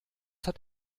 hat